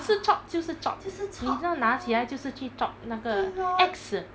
是 chop 就是 chop 你这拿起来就是去 chop 那个 X